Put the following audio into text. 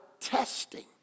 testing